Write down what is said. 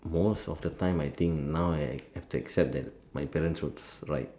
most of the time I think now I have to accept that my parents will be like